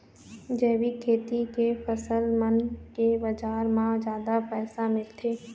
जैविक खेती के फसल मन के बाजार म जादा पैसा मिलथे